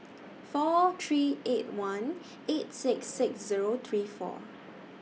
four three eight one eight six six Zero three four